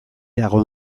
dago